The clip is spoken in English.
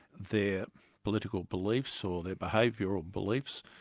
their political beliefs, or their behavioural beliefs,